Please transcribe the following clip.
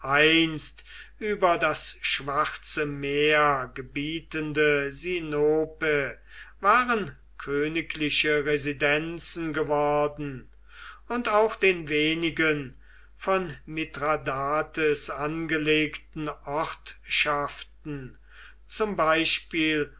über das schwarze meer gebietende sinope waren königliche residenzen geworden und auch den wenigen von mithradates angelegten ortschaften zum beispiel